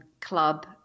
club